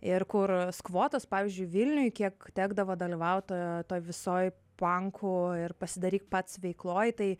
ir kur skvotos pavyzdžiui vilniuj kiek tekdavo dalyvaut visoj pankų ir pasidaryk pats veikloj tai